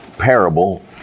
parable